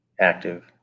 active